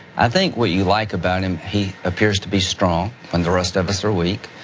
i think what you like about him, he appears to be strong when the rest of us are weak.